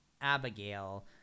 Abigail